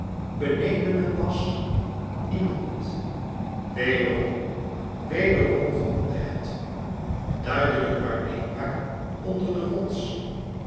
beneden hem was iemand wederom wederom gromde het duidelijk waarneembaar nder den rots